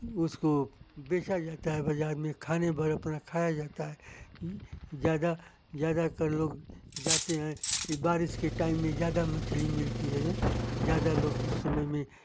उसको बेचा जाता है बाज़ार में खाने वाला अपना खाया जाता है ज़्यादा ज़्यादा कर लोग जाते हैं यह बारिश के टाइम में ज़्यादा मछली मिलती है ज़्यादा लोग उस समय में